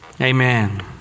amen